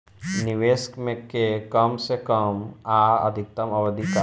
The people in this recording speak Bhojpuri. निवेश के कम से कम आ अधिकतम अवधि का है?